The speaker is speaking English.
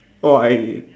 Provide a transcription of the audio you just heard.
oh I